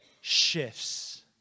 shifts